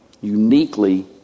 Uniquely